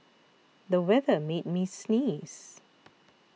the weather made me sneeze